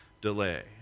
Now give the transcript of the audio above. delay